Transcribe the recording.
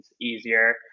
easier